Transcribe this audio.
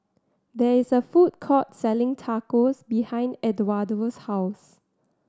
there is a food court selling Tacos behind Edwardo's house